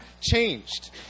changed